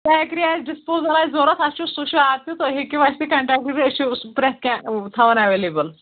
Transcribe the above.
bakery آسہِ disposal آسہِ ضوٚرَتھ اَسہِ چھُ سُہ چھُ آز تہِ تُہۍ ہیٚکِو اَسہِ سۭتۍ کَنٹیکٹ کٔرِتھ أسۍ چھِ سُہ پرٛٮ۪تھ کینٛہہ تھاوان اٮ۪ویلیبٕل